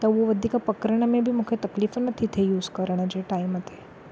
त उहो वधीक पकिरण में बि मूंखे तकलीफ़ न थी थे यूज़ करण जे टाइम ते